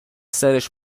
سرش